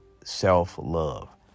self-love